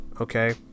okay